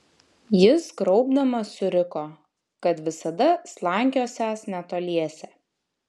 jis kraupdamas suriko kad visada slankiosiąs netoliese